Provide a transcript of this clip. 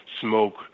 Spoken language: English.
smoke